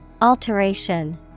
Alteration